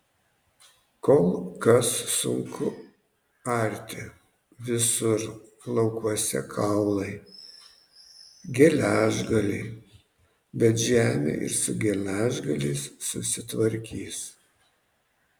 kol kas sunku arti visur laukuose kaulai geležgaliai bet žemė ir su geležgaliais susitvarkys